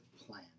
plan